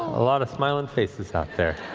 a lot of smiling faces out there.